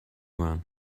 one